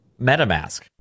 Metamask